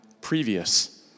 previous